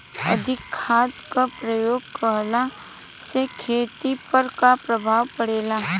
अधिक खाद क प्रयोग कहला से खेती पर का प्रभाव पड़ेला?